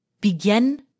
begin